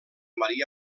maria